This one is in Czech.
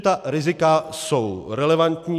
Ta rizika jsou relevantní.